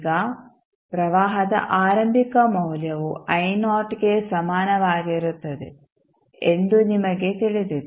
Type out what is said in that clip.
ಈಗ ಪ್ರವಾಹದ ಆರಂಭಿಕ ಮೌಲ್ಯವು ಗೆ ಸಮಾನವಾಗಿರುತ್ತದೆ ಎಂದು ನಮಗೆ ತಿಳಿದಿದೆ